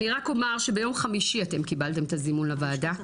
אני רק אומר שביום חמישי אתם קיבלתם את הזימון לוועדה,